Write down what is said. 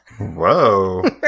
Whoa